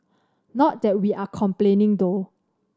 not that we are complaining though